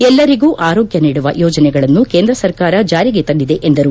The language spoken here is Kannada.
ಎಲ್ಲರಿಗೂ ಆರೋಗ್ಗ ನೀಡುವ ಯೋಜನೆಗಳನ್ನು ಕೇಂದ್ರ ಸರ್ಕಾರ ಜಾರಿಗೆ ತಂದಿದೆ ಎಂದರು